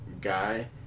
guy